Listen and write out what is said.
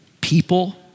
people